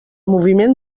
moviment